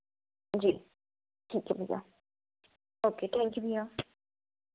जी ठीक है भैया ओके थैंक यू भैया